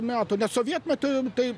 metų net sovietmety tai